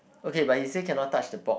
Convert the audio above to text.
okay but he say cannot touch the pork